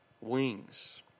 wings